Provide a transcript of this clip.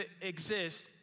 exist